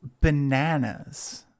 bananas